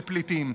לפליטים,